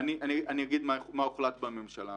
אני אגיד מה הוחלט בממשלה.